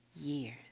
years